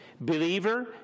Believer